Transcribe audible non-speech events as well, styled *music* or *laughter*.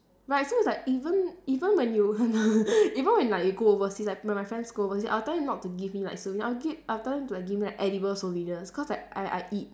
right so it's like even even when you *laughs* even when like you go overseas right when my friends go overseas I'll tell them to not give me like souvenirs I'll gi~ I'll tell them to like give me like edible souvenirs cause I I eat